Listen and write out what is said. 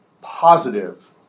positive